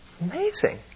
Amazing